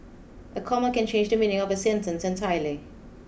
a comma can change the meaning of a sentence entirely